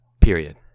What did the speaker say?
Period